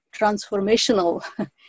transformational